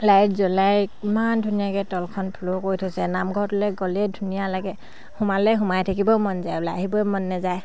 light জ্বলাই ইমান ধুনীয়াকৈ তলখন ফ্ল' কৰি থৈছে নামঘৰটোলৈ গ'লেই ধুনীয়া লাগে সোমালেই সোমাই থাকিবই মন যায় ওলাই আহিবই মন নাযায়